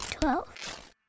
twelve